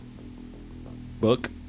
book